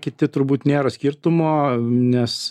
kiti turbūt nėra skirtumo nes